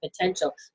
potential